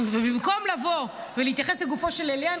ובמקום לבוא ולהתייחס לגופו של עניין,